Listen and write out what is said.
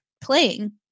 playing